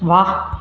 ਵਾਹ